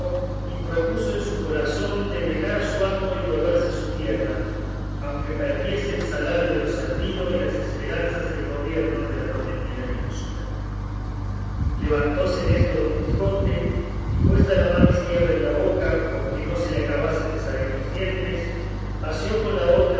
y propuso en su corazón de dejar a su amo y volverse a su tierra aunque perdiese el salario de lo servido y las esperanzas del gobierno de la prometida ínsula levantóse en esto don quijote y puesta la mano izquierda en la boca porque no se le acabasen de salir los dientes asió con la